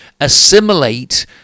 assimilate